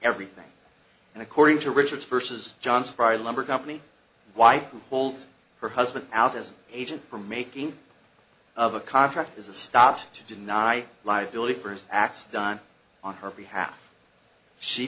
everything and according to richards versus johnson friday lumber company wife holds her husband out as an agent for making of a contract as a stop to deny liability for his acts done on her behalf she